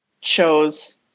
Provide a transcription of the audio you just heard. chose